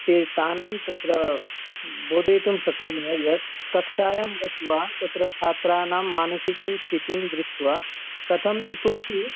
ते तान् तत्र बोधयितुं शक्नोमि वा यत् कक्षायां गत्वा तत्र छात्राणां मानसिकीं स्थितिं दृष्ट्वा कथम् इतोऽपि